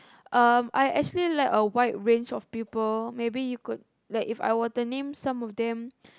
um I actually like a wide range of people maybe you could like If I were to name some of them